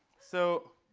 so